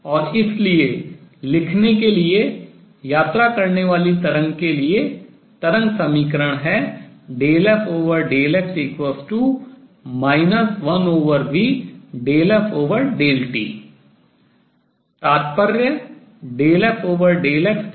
और इसलिए लिखने के लिए travel यात्रा करने वाली तरंग के लिए तरंग समीकरण है ∂f∂x 1v∂f∂t तात्पर्य ∂f∂x1v∂f∂t0